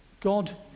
God